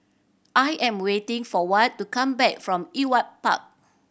I am waiting for Watt to come back from Ewart Park